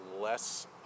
less